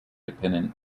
dependent